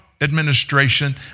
administration